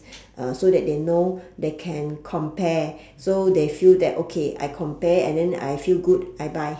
uh so that they know they can compare so they feel that okay I compare and then I feel good I buy